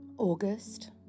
August